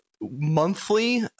monthly